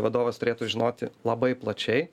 vadovas turėtų žinoti labai plačiai